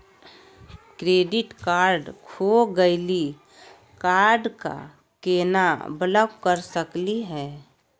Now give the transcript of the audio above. Credit card खो गैली, card क केना ब्लॉक कर सकली हे?